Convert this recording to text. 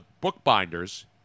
bookbinders